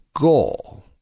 goal